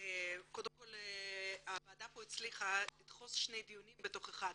קודם כול, הוועדה הצליחה לדחוס שני דיונים באחד.